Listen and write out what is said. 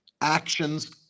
actions